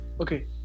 Okay